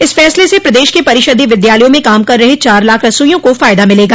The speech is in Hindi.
इस फैसले से प्रदेश के परिषदीय विद्यालयों में काम कर रहे चार लाख रसोइयों को फ़ायदा मिलेगा